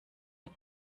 mit